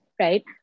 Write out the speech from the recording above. right